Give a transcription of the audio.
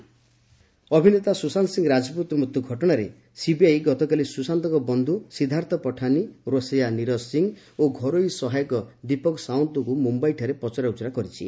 Sushant CBI ଅଭିନେତା ସୁଶାନ୍ତ ସିଂହ ରାଜପୁତ ମୃତ୍ୟୁ ଘଟଣାରେ ସିବିଆଇ ଗତକାଲି ସୁଶାନ୍ତଙ୍କ ବନ୍ଧୁ ସିଦ୍ଧାର୍ଥ ପିଠାନି ରୋଷେୟା ନିରଜ ସିଂହ ଓ ଘରୋଇ ସହାୟକ ଦୀପକ ସାଓ୍ୱନ୍ତଙ୍କୁ ମୁମ୍ୟାଇଠାରେ ପଚରାଉଚରା କରିଛି